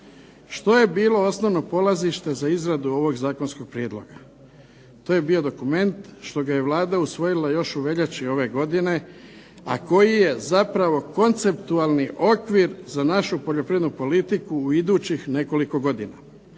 Što je bilo osnovno polazište za izradu ovog zakonskog prijedloga? To je bio dokument što ga je Vlada usvojila još u veljači ove godine, a koji je zapravo konceptualni okvir za našu poljoprivrednu politiku u idućih nekoliko godina.